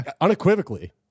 unequivocally